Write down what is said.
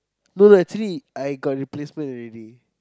no no actually I got replacement already